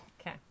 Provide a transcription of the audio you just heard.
Okay